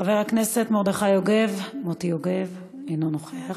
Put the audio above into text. חבר הכנסת מרדכי יוגב, אינו נוכח.